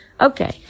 Okay